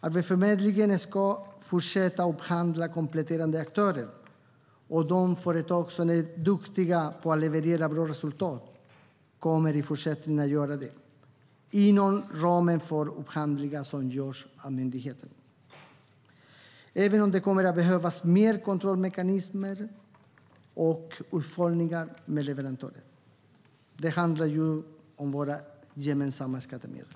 Arbetsförmedlingen ska fortsätta upphandla kompletterande aktörer, och de företag som är duktiga på att leverera bra resultat kommer i fortsättningen att göra det inom ramen för upphandlingar som görs av myndigheten, även om det kommer att behövas mer kontrollmekanismer och uppföljningar med leverantörer. Det handlar ju om våra gemensamma skattemedel.